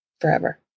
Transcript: forever